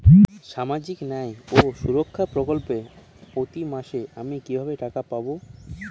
সামাজিক ন্যায় ও সুরক্ষা প্রকল্পে প্রতি মাসে আমি কিভাবে টাকা পাবো?